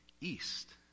east